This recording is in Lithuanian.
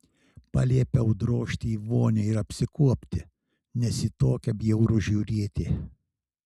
paliepiau drožti į vonią ir apsikuopti nes į tokią bjauru žiūrėti